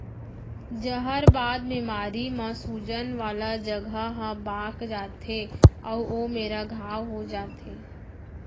जहरबाद बेमारी म सूजन वाला जघा ह पाक जाथे अउ ओ मेरा घांव हो जाथे